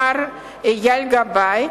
מר אייל גבאי,